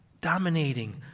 dominating